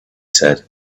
said